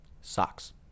socks